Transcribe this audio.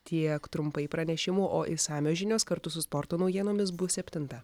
tiek trumpai pranešimų o išsamios žinios kartu su sporto naujienomis bus septintą